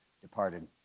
departed